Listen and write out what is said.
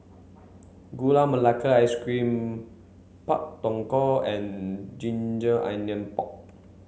Gula Melaka Ice cream Pak Thong Ko and Ginger Onion Pork